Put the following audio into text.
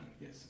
Yes